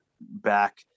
back